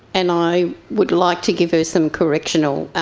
and i would like to give her some correctional,